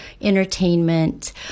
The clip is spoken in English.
entertainment